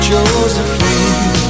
Josephine